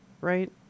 right